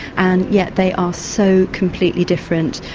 and yet they are so completely different.